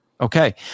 Okay